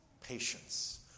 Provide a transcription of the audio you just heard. patience